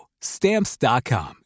Stamps.com